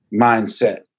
mindset